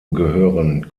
gehören